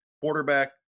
quarterback